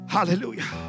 Hallelujah